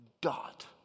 dot